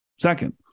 Second